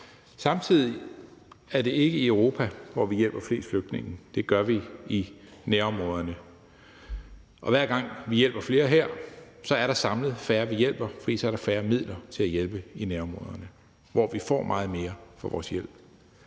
Samtidig er det ikke i Europa, vi hjælper flest flygtninge. Det gør vi i nærområderne. Og hver gang vi hjælper flere her, er der samlet færre, vi hjælper, for så er der færre midler til at hjælpe i nærområderne, hvor vi får meget mere for vores hjælp